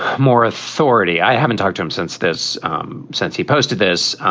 more authority. i haven't talked to him since this um since he posted this.